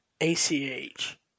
ACH